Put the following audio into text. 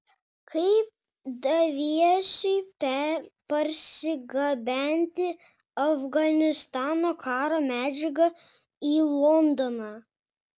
kaip daviesui parsigabenti afganistano karo medžiagą į londoną